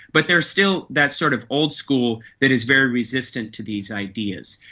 but there is still that sort of old school that is very resistant to these ideas.